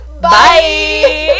Bye